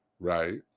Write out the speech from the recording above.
right